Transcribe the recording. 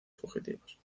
fugitivos